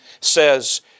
says